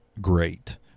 great